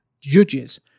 judges